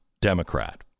Democrat